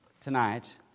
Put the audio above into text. Tonight